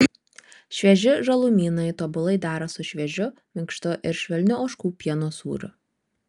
švieži žalumynai tobulai dera su šviežiu minkštu ir švelniu ožkų pieno sūriu